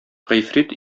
гыйфрит